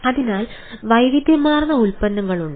അതിനാൽ വൈവിധ്യമാർന്ന ഉൽപ്പന്നങ്ങൾ ഉണ്ട്